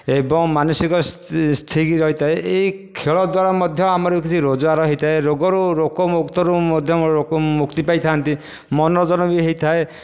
ଏବଂ ମାନସିକ ଠିକ୍ ରହିଥାଏ ଏହି ଖେଳ ଦ୍ୱାରା ମଧ୍ୟ ଆମର କିଛି ରୋଜଗାର ହୋଇଥାଏ ରୋଗରୁ ମଧ୍ୟ ଲୋକ ମୁକ୍ତି ପାଇଥାନ୍ତି ମନୋରଞ୍ଜନ ବି ହୋଇଥାଏ